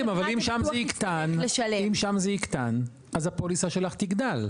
ישלים, אבל אם שם זה יקטן, אז הפוליסה שלך תגדל.